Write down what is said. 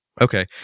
Okay